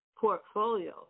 portfolio